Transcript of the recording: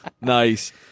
Nice